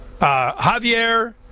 Javier